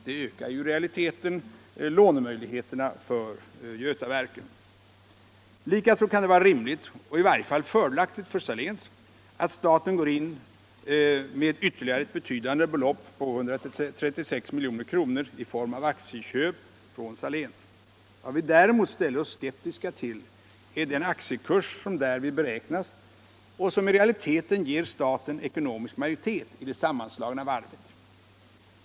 Det ökar ju i realiteten lånemöjligheterna för Götaverken. Likaså kan det vara rimligt, och i varje fall fördelaktigt för Saléns, att staten går in med ytterligare ett betydande belopp, 136 milj.kr., i form av aktieköp från Saléns. Vad vi däremot ställer oss skeptiska till är den aktiekurs som härvid beräknas och som i realiteten ger staten ekonomisk majoritet i det sammanslagna varvet.